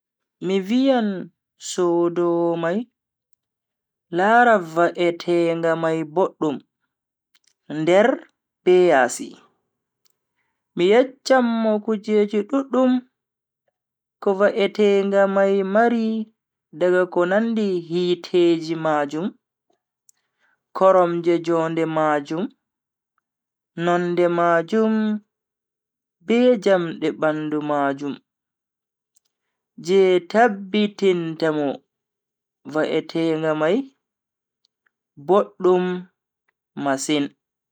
Mi viyan sodowo mai lara va'etenga mai boddum, nder be yasi, mi yecchan mo kujeji duddum ko va'etenga mai mari daga ko nandi hiteji majum, koromje jonde majum, nonde majum be jamde bandu majum je tabbitinta mo va'etenga mai boddum masin.